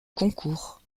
concours